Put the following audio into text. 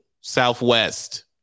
Southwest